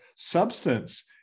substance